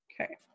Okay